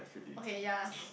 okay ya